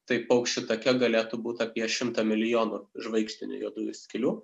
tai paukščių take galėtų būt apie šimtą milijonų žvaigždinių juodųjų skylių